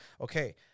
Okay